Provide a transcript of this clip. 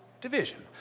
division